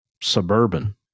Suburban